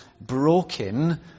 broken